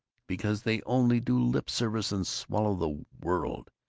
because they only do lip-service and swallow the world,